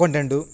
accountant